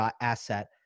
asset